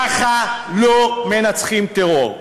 ככה לא מנצחים טרור.